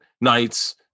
nights